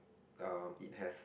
um it has